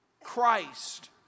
Christ